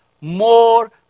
more